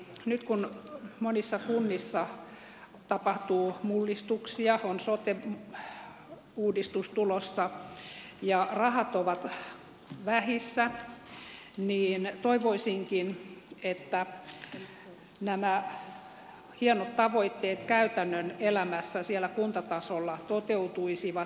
nyt kun monissa kunnissa tapahtuu mullistuksia on sote uudistus tulossa ja rahat ovat vähissä toivoisinkin että nämä hienot tavoitteet käytännön elämässä siellä kuntatasolla toteutuisivat